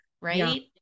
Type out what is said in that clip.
right